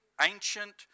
ancient